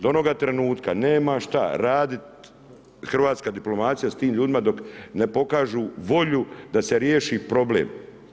Do onoga trenutka nema šta radit hrvatska diplomacija s tim ljudima dok ne pokažu volju da se riješi problem.